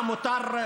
מה מותר,